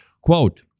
Quote